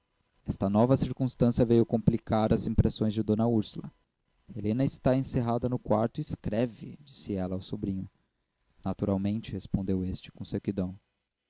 esta nova circunstância veio complicar as impressões de d úrsula helena está encerrada no quarto e escreve disse ela ao sobrinho naturalmente respondeu este com sequidão